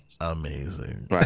amazing